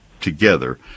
together